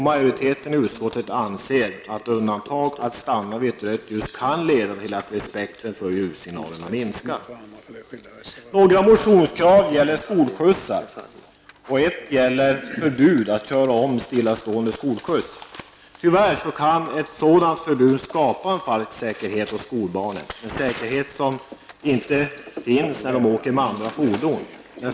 Majoriteten anser att undantag att stanna vid rött ljus kan leda till att respekten för ljussignalerna minskar. Några motionskrav gäller skolskjutsar, ett gäller förbud att köra om stillastående skolskjuts. Tyvärr kan ett sådant förbud skapa en falsk säkerhet hos skolbarnen, en säkerhet som inte finns när de åker med andra fordon.